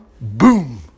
Boom